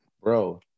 bro